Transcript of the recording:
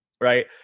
right